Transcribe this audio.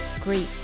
great